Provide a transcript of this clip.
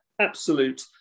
absolute